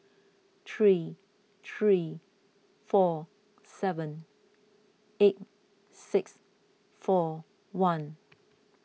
three three four seven eight six four one